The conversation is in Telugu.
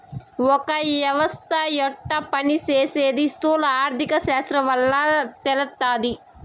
ఒక యవస్త యెట్ట పని సేసీది స్థూల ఆర్థిక శాస్త్రం వల్ల తెలస్తాది